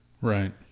Right